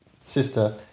sister